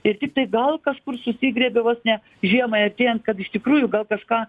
ir tiktai gal kažkur susigriebė vos ne žiemai artėjant kad iš tikrųjų gal kažką